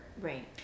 right